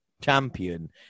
champion